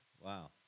Wow